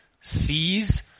sees